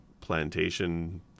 plantation